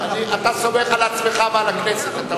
אתה אומר שאתה סומך על עצמך ועל הכנסת.